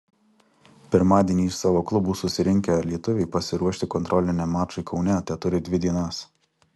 pirmadienį iš savo klubų susirinkę lietuviai pasiruošti kontroliniam mačui kaune teturi dvi dienas